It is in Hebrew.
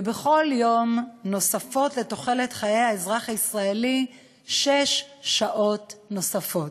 ובכל יום נוספות לתוחלת החיים של האזרח הישראלי שש שעות נוספות.